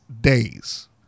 days